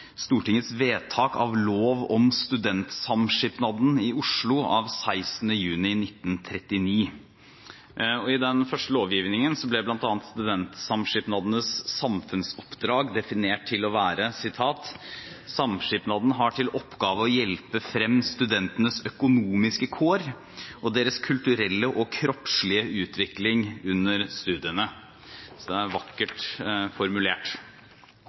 Stortingets vedtak av lov om Studentsamskipnaden i Oslo av 16. juni 1939. I den første lovgivningen ble bl.a. studentsamskipnadenes samfunnsoppdrag definert til å være: «Studentsamskipnaden har til oppgave å hjelpe frem studentenes økonomiske kår og deres kulturelle og kroppslige utvikling under studiene.» Det er vakkert formulert.